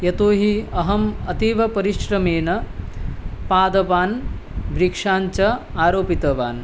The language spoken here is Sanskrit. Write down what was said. यतोऽहि अहम् अतीव परिश्रमेण पादपान् वृक्षान् च आरोपितवान्